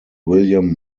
william